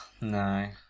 No